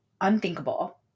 unthinkable